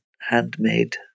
handmade